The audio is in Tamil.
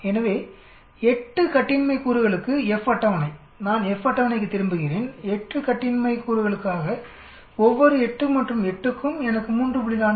எனவே 8 கட்டின்மை கூறுகளுக்கு F அட்டவணைநான் F அட்டவணைக்குத் திரும்புகிறேன் 8 கட்டின்மை கூறுகளுக்காகஒவ்வொரு 8 மற்றும் 8 க்கும் எனக்கு 3